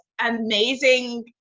amazing